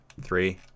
three